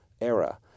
era